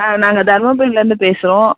ஆ நாங்கள் தர்மபுரியில் இருந்து பேசுகிறோம்